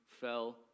fell